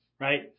right